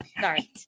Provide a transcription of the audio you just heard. Sorry